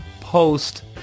post